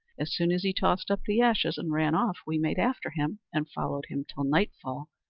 as soon as he tossed up the ashes and ran off, we made after him, and followed him till nightfall,